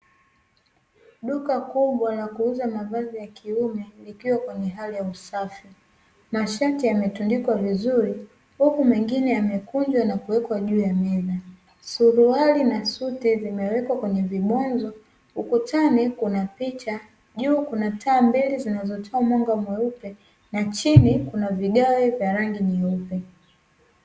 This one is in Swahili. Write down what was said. Duka kubwa la kuuza mavazi ya kiume likiwa kwenye hali ya usafi, mashati yametundikwa vizuri huku mengine yamekunjwa na kuwekwa juu ya meza, suruali na suti zimewekwa kwenye vibwenzo, ukutani kuna picha, juu kuna taa mbili zinazotoa mwanga mweupe na chini kuna vigae vya rangi nyeupe.